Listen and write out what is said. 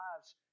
lives